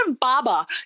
Baba